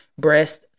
breast